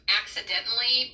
accidentally